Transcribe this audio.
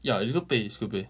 ya it's good pay it's good pay